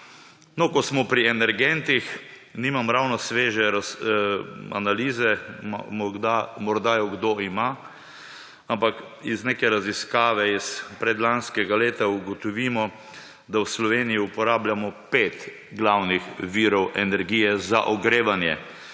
No, ko smo pri energentih, nimam ravno sveže analize, morda jo kdo ima, ampak iz neke raziskave iz predlanskega leta ugotovimo, da v Sloveniji uporabljamo pet glavnih virov energij za ogrevanje.